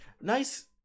nice